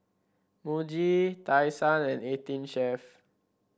Muji Tai Sun and Eighteen Chef